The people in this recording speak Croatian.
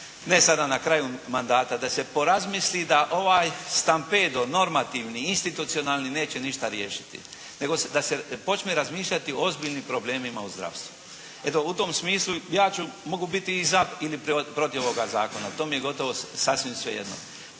ne sada na kraju mandata, da se porazmisli da ovaj stampedo normativni i institucionalni neće ništa riješiti, nego da se počne razmišljati o ozbiljnim problemima u zdravstvu. Eto u tom smislu, ja ću, mogu biti za ili protiv ovoga zakona. To mi je gotovo sasvim svejedno.